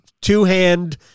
two-hand